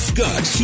Scott